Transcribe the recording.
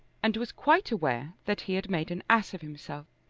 and was quite aware that he had made an ass of himself.